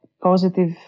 positive